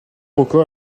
record